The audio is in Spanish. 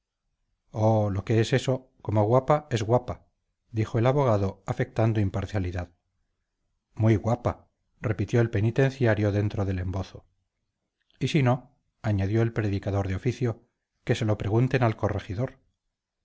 oh lo que es eso como guapa es guapa dijo el abogado afectando imparcialidad muy guapa replicó el penitenciario dentro del embozo y si no añadió el predicador de oficio que se lo pregunten al corregidor